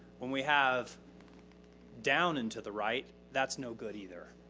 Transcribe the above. when we have down and to the right, that's no good either.